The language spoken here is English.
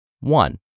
One